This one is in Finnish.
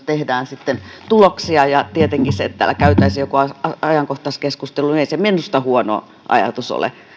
tehdään sitten tuloksia ja se että täällä käytäisiin joku ajankohtaiskeskustelu ei minusta tietenkään huono ajatus ole